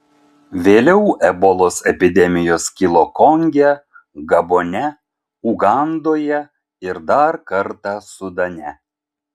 vėliau ebolos epidemijos kilo konge gabone ugandoje ir dar kartą sudane